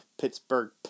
Pittsburgh